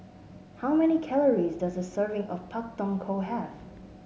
how many calories does a serving of Pak Thong Ko have